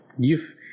give